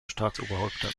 staatsoberhäupter